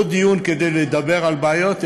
לא כדי לדבר על בעיות,